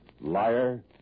Liar